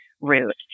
route